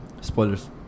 Spoilers